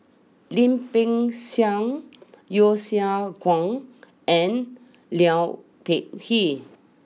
Lim Peng Siang Yeo Siak Goon and Liu Peihe